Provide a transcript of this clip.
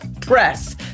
Press